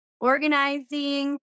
organizing